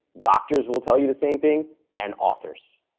doctors will tell you the same thing and authors.